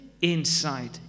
inside